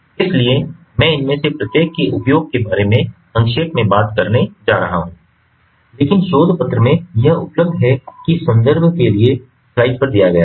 इसलिए मैं इनमें से प्रत्येक के उपयोग के बारे में संक्षेप में बात करने जा रहा हूं लेकिन शोध पत्र में यह उपलब्ध है जो कि संदर्भ के लिए स्लाइड पर दिया गया है